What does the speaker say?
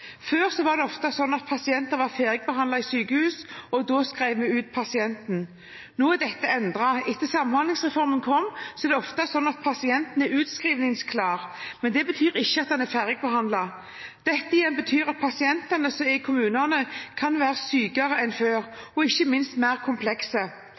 Før var det ofte slik at pasienten ble ferdigbehandlet i sykehus, og så skrev en ut pasienten. Nå er dette endret. Etter at samhandlingsreformen kom, er det ofte slik at pasienten er utskrivningsklar, men det betyr ikke at han/hun er ferdigbehandlet. Dette igjen betyr at pasientene som er i kommunene, kan være sykere enn